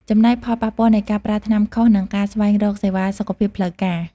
ចំណែកផលប៉ះពាល់នៃការប្រើថ្នាំខុស និងការស្វែងរកសេវាសុខភាពផ្លូវការ។